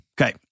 Okay